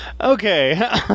okay